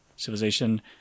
civilization